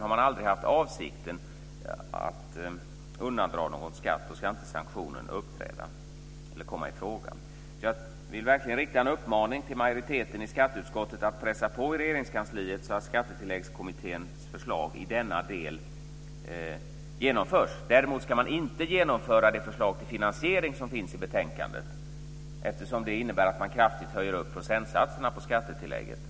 Har man aldrig haft avsikten att undandra skatt ska inte sanktionen komma i fråga. Jag vill verkligen rikta en uppmaning till majoriteten i skatteutskottet att pressa på i Regeringskansliet så att Skattetilläggskommitténs förslag i denna del genomförs. Däremot ska man inte genomföra det förslag till finansiering som finns i betänkandet eftersom det innebär att man kraftigt höjer procentsatserna på skattetillägget.